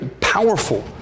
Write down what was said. powerful